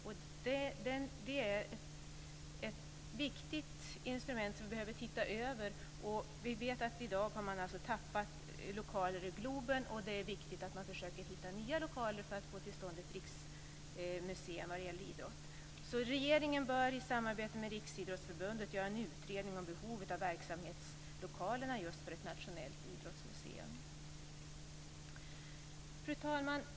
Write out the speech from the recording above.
Det är ett viktigt instrument som vi behöver titta över. Vi vet att man i dag har tappat lokaler i Globen. Det är viktigt att man försöker hitta nya lokaler för att få till stånd ett riksmuseum vad gäller idrott. Regeringen bör i samarbete med Riksidrottsförbundet göra en utredning om behovet av verksamhetslokaler just för ett nationellt idrottsmuseum. Fru talman!